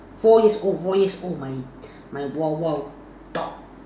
four years old four years old my my huahua dog